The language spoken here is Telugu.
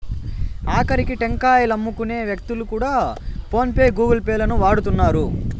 ఆకరికి టెంకాయలమ్ముకునే వ్యక్తులు కూడా ఫోన్ పే గూగుల్ పే లను వాడుతున్నారు